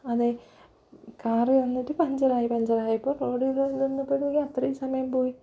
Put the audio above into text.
അതെ കാറ് വന്നിട്ട് പഞ്ചറായി പഞ്ചറായപ്പം റോഡ് നിന്നപ്പോഴേക്കും അത്രയും സമയം പോയി